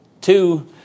two